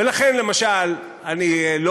ולכן, למשל, אני לא